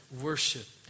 worship